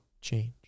change